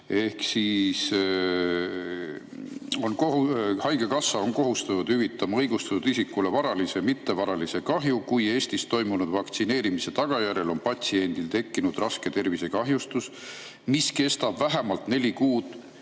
Siin on § 9916: "Haigekassa on kohustatud [...] hüvitama õigustatud isikule varalise ja mittevaralise kahju, kui Eestis toimunud vaktsineerimise tagajärjel on patsiendil tekkinud raske tervisekahjustus, mis kestab vähemalt neli kuud,